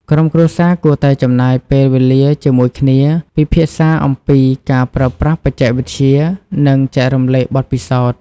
ក្រុមគ្រួសារគួរតែចំណាយពេលវេលាជាមួយគ្នា ពិភាក្សាអំពីការប្រើប្រាស់បច្ចេកវិទ្យា និងចែករំលែកបទពិសោធន៍។